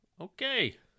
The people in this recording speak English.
Okay